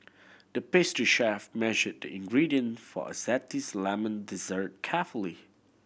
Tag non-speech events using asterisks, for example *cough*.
the pastry chef measured the ingredient for a *unintelligible* lemon dessert carefully